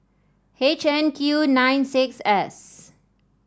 H N Q nine six S